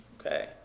Okay